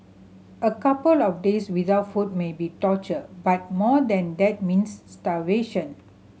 a couple of days without food may be torture but more than that means starvation